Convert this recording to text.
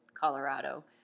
Colorado